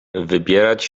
wybierać